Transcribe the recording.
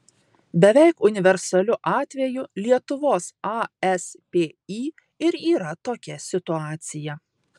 beveik universaliu atveju lietuvos aspį ir yra tokia situacija